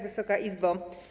Wysoka Izbo!